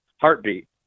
heartbeat